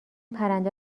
پرنده